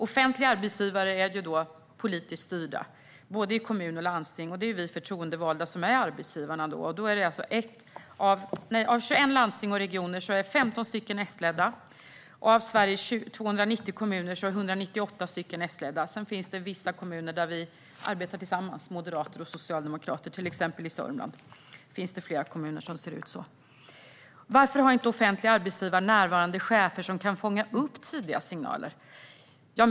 Offentliga arbetsgivare är politiskt styrda, både i kommuner och i landsting, och det är vi förtroendevalda som är arbetsgivare. Av 21 landsting och regioner är 15 stycken S-ledda, och av Sveriges 290 kommuner är 198 stycken S-ledda. Sedan finns det vissa kommuner där vi moderater och socialdemokrater arbetar tillsammans; till exempel i Sörmland finns det flera kommuner som ser ut så. Varför har inte offentliga arbetsgivare närvarande chefer som kan fånga upp tidiga signaler?